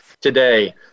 today